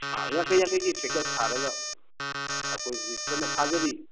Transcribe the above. ꯑꯥ ꯌꯥꯡꯈꯩ ꯌꯥꯡꯈꯩꯒꯤ ꯄꯦꯛꯀꯦꯠ ꯁꯥꯔꯒ ꯑꯩꯈꯣꯏ ꯍꯨꯖꯤꯛ ꯀꯟꯅ ꯊꯥꯖꯔꯤ